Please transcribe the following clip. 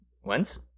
When's